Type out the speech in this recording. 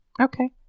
Okay